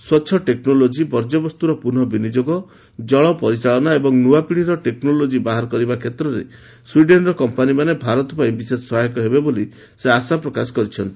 ସ୍ୱଚ୍ଛ ଟେକ୍ନୋଲୋଜୀ ବର୍ଯ୍ୟବସ୍ତୁର ପୁନଃ ବିନିଯୋଗ ଜଳ ପରିଚାଳନା ଏବଂ ନୂଆପିଢ଼ିର ଟେକ୍ନୋଲୋଜୀ ବାହାର କରିବା କ୍ଷେତ୍ରରେ ସ୍ୱିଡେନ୍ର କମ୍ପାନୀମାନେ ଭାରତ ପାଇଁ ବିଶେଷ ସହାୟକ ହେବେ ବୋଲି ସେ ଆଶା ପ୍ରକାଶ କରିଛନ୍ତି